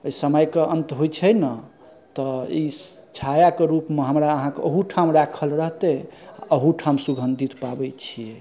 समयके अन्त होइ छै ने तऽ ई छायाके रूपमे हमरा अहाँके ओहूठाम राखल रहतै आ एहूठाम सुगन्धित पाबै छियै